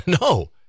No